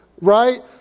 Right